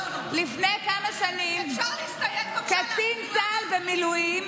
לפני כמה שנים קצין צה"ל במילואים,